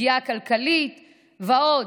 פגיעה כלכלית ועוד.